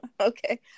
okay